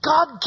God